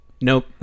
Nope